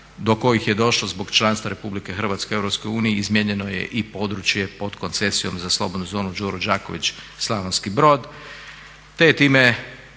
do kojih je došlo zbog članstva Republike Hrvatske u Europskoj uniji izmijenjeno je i područje pod koncesijom za slobodnu zonu Đuro Đaković Slavonski Brod